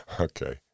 Okay